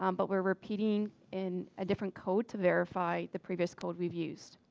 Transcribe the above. um but we're repeating in a different code to verify the previous code we've used.